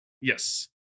yes